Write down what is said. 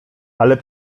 ale